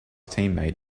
teammate